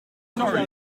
vroeger